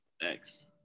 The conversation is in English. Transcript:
Thanks